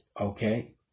Okay